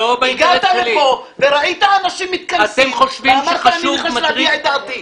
הגעת לפה וראית אנשים מתכנסים ואמרת: אני נכנס להביע את דעתי.